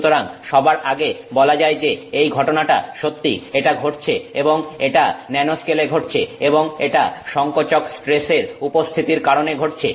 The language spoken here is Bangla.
সুতরাং সবার আগে বলা যায় যে এই ঘটনাটা সত্যি এটা ঘটছে এবং এটা ন্যানো স্কেলে ঘটছে এবং এটা সংকোচক স্ট্রেসের উপস্থিতির কারণে ঘটছে